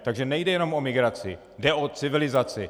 Takže nejde jenom o migraci, jde o civilizaci.